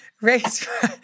Race